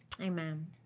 Amen